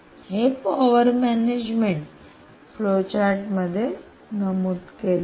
हे power management power management उर्जा व्यवस्थापन फ्लोचार्ट मध्ये नमूद केले आहे